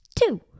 two